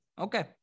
okay